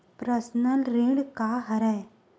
Personal ऋण का हरय?